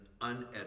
unedited